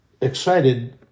excited